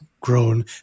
grown